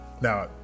now